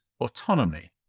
autonomy